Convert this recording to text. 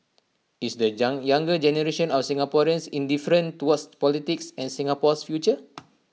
is the younger generation of Singaporeans indifferent towards politics and Singapore's future